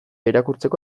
irakurtzeko